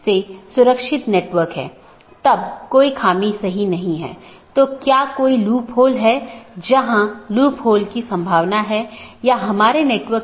हम बताने की कोशिश कर रहे हैं कि राउटिंग प्रोटोकॉल की एक श्रेणी इंटीरियर गेटवे प्रोटोकॉल है